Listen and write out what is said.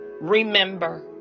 Remember